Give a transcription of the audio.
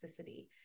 toxicity